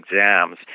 exams